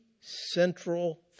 central